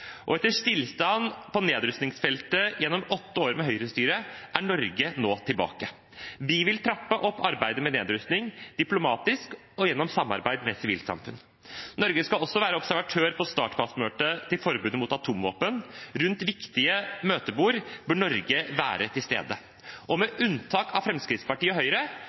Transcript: Etter stillstand på nedrustningsfeltet gjennom åtte år med Høyre-styre er Norge nå tilbake. Vi vil trappe opp arbeidet med nedrustning, både diplomatisk og gjennom samarbeid med sivilsamfunn. Norge skal også være observatør på statspartsmøtet om forbud mot atomvåpen. Rundt viktige møtebord bør Norge være til stede. Med unntak av Fremskrittspartiet og Høyre